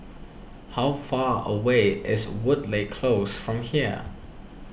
how far away is Woodleigh Close from here